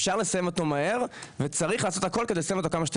אפשר לסיים אותו מהר וצריך לעשות הכול כדי לסיים אותו כמה שיותר